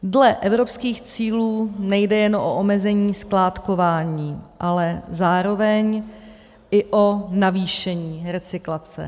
Dle evropských cílů nejde jen o omezení skládkování, ale zároveň i o navýšení recyklace.